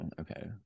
Okay